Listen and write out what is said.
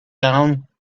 down